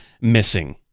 missing